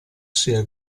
sia